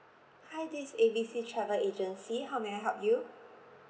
hi this is A B C travel agency how may I help you